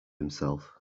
himself